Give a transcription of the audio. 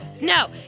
No